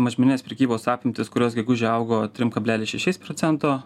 mažmeninės prekybos apimtys kurios gegužę augo trim kablelis šešiais procento